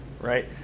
right